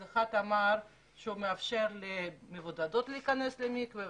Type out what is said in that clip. אז אחד אמר שהוא מאפשר למבודדות להיכנס למקווה,